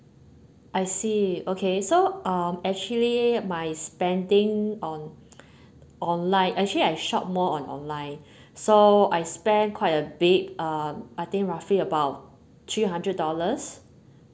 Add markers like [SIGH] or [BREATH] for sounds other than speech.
I see okay so uh actually my spending on [BREATH] online actually I shop more on online so I spend quite a big uh I think roughly about three hundred dollars